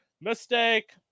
Mistake